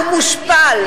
הוא מושפל.